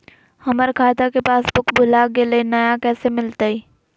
हमर खाता के पासबुक भुला गेलई, नया कैसे मिलतई?